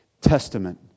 testament